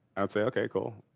i'd say okay, cool.